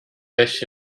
beş